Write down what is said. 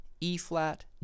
E-flat